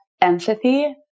empathy